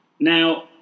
Now